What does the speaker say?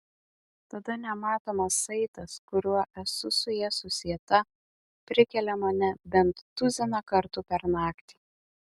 tada nematomas saitas kuriuo esu su ja susieta prikelia mane bent tuziną kartų per naktį